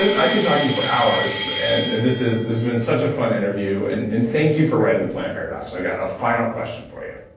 i could talk to you for hours, and this has been such a fun interview, and and thank you for writing the plant paradox. i've got a final question for you.